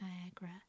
Niagara